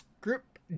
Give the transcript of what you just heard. Group